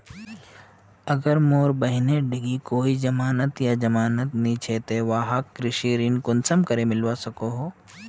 अगर मोर बहिनेर लिकी कोई जमानत या जमानत नि छे ते वाहक कृषि ऋण कुंसम करे मिलवा सको हो?